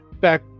Back